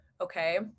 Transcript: Okay